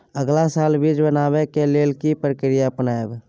अगला साल बीज बनाबै के लेल के प्रक्रिया अपनाबय?